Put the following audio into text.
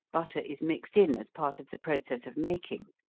butter is mixed in as part of the process of making.